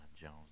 Jones